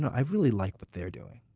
i really like what they're doing?